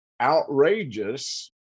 outrageous